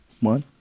one